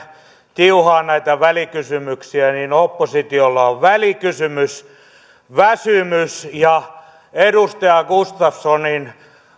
tiuhaan näitä välikysymyksiä niin oppositiolla on välikysymysväsymys edustaja gustafssonin